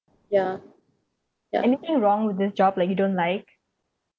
anything wrong with this job like you don't like